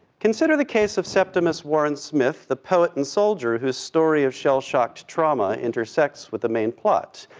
consider the case of septimus warren smith, the poet and soldier whose story of shellshocked trauma intersects with the main plot.